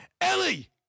Ellie